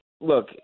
look –